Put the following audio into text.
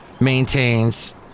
maintains